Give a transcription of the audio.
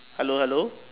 hello hello